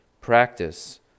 practice